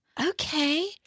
Okay